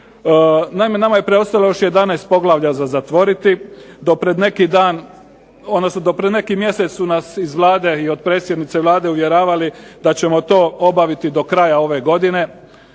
Naime, nama je preostalo još 11 poglavlja za zatvoriti. Do pred neki dan, odnosno do pred neki mjesec su nas iz Vlade i od predsjednice Vlade uvjeravali da ćemo to obaviti do kraja ove godine.